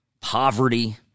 poverty